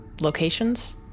locations